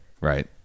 right